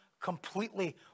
completely